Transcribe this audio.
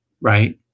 right